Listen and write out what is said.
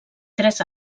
tres